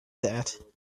that